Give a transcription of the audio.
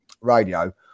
radio